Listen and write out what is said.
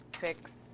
fix